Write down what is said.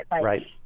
Right